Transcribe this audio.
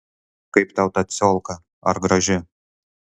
kaip tau ta ciolka ar graži